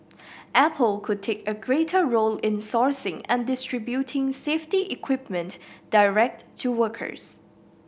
apple could take a greater role in sourcing and distributing safety equipment direct to workers